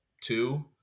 Two